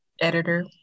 editor